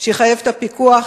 שיחייב את הפיקוח,